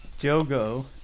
Jogo